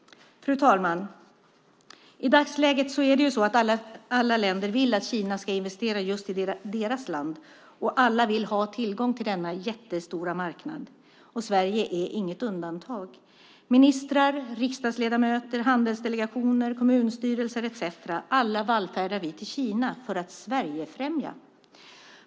Fru talman! I dagsläget är det så att alla länder vill att Kina ska investera i just deras land. Alla vill ha tillgång till denna jättestora marknad, och Sverige är inget undantag. Ministrar, riksdagsledamöter, handelsdelegationer, kommunstyrelser etcetera, alla vallfärdar vi till Kina för att Sverigefrämja.